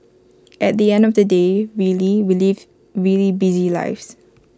at the end of the day really we live really busy lives